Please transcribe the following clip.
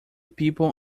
people